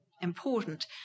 important